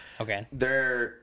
Okay